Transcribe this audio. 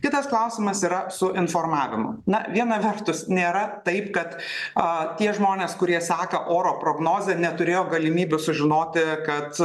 kitas klausimas yra su informavimu na viena vertus nėra taip kad a tie žmonės kurie seka oro prognozę neturėjo galimybių sužinoti kad